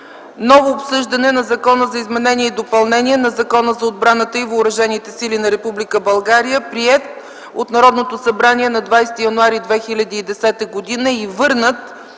Ново обсъждане на Закона за изменение и допълнение на Закона за отбраната и въоръжените сили на Република България, приет от Народното събрание на 20.1.2010 г., и върнат